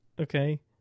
okay